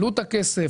עלות הכסף,